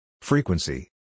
Frequency